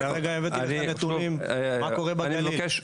אני הרגע הבאתי לך נתונים מה קורה בגליל.